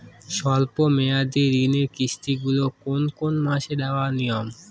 স্বল্প মেয়াদি ঋণের কিস্তি গুলি কোন কোন মাসে দেওয়া নিয়ম?